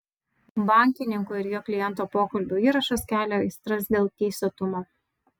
bankininko ir jo kliento pokalbio įrašas kelia aistras dėl teisėtumo